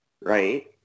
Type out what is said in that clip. right